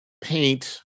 paint